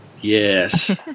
Yes